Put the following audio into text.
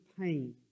pain